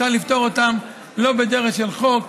אפשר לפתור אותם לא בדרך של חוק,